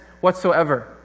whatsoever